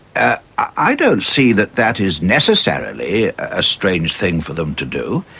ah i don't see that that is necessarily a strange thing for them to do.